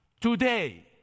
today